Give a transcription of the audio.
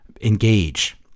engage